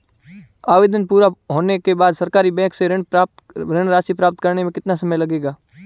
आवेदन पूरा होने के बाद सरकारी बैंक से ऋण राशि प्राप्त करने में कितना समय लगेगा?